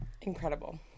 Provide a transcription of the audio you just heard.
Incredible